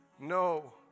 No